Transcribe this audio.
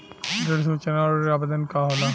ऋण सूचना और ऋण आवेदन का होला?